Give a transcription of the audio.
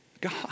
God